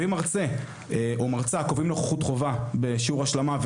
ואם מרצה או מרצה קובעים נוכחות חובה בשיעורי השלמה,